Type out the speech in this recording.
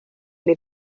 neu